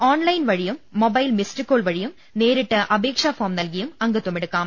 online വഴിയും mobile missed call വഴിയും നേരിട്ട് അപേക്ഷാഫോം നൽകിയും അംഗത്വമെടുക്കാം